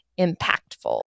impactful